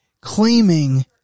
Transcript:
claiming